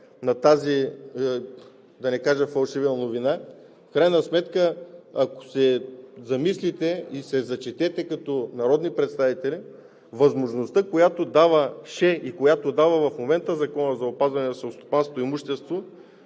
на тази, да не кажа – фалшива новина, в крайна сметка, ако се замислите и се зачетете като народни представители, възможността, която даваше и която дава в момента Законът за опазване на селскостопанското имущество